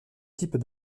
type